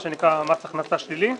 מה שנקרא מס הכנסה שלילי,